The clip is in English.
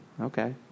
Okay